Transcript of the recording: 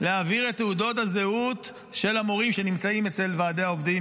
להעביר את תעודות הזהות של המורים שנמצאים אצל ועדי העובדים,